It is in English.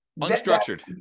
Unstructured